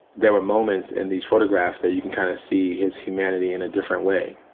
there were moments in these photographs that you can kind of see his humanity in a different way,